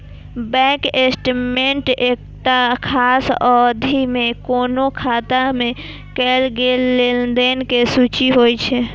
bank statement एकटा खास अवधि मे कोनो खाता मे कैल गेल लेनदेन के सूची होइ छै